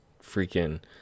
freaking